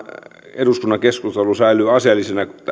eduskunnan keskustelu säilyy asiallisena